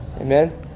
Amen